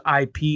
IP